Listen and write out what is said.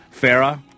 Farah